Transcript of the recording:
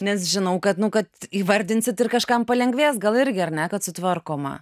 nes žinau kad nu kad įvardinsit ir kažkam palengvės gal irgi ar ne kad sutvarkoma